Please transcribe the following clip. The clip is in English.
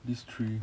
these three